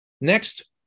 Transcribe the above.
Next